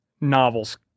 novels